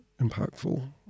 impactful